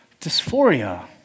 Dysphoria